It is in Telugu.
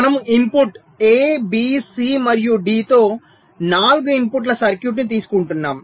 మనము ఇన్పుట్ A B C మరియు D తో 4 ఇన్పుట్ల సర్క్యూట్ తీసుకుంటాము